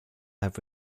have